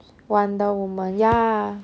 wonder woman ya